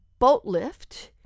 Boatlift